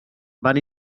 van